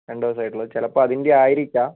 രണ്ട് ദിവസമേ ആയിട്ടുള്ളൂ ചിലപ്പോൾ അതിൻ്റെ ആയിരിക്കാം